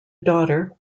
daughter